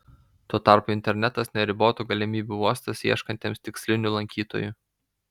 tuo tarpu internetas neribotų galimybių uostas ieškantiems tikslinių lankytojų